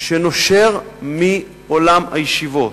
שנושר מעולם הישיבות.